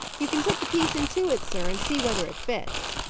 you can put the piece into it, sir, and see whether it fits.